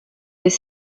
des